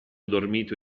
dormito